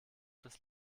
des